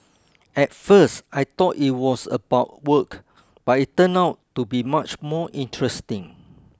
at first I thought it was about work but it turned out to be much more interesting